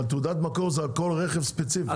אבל תעודת מקור זה על כל רכב ספציפית,